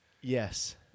Yes